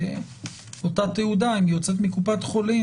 שאותה תעודה אם יוצאת מקופת חולים